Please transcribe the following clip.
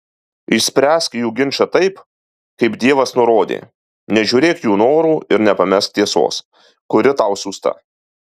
išspręsk jų ginčą taip kaip dievas nurodė nežiūrėk jų norų ir nepamesk tiesos kuri tau siųsta